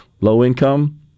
low-income